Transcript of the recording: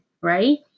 right